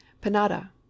Panada